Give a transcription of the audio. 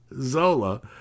Zola